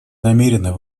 намерена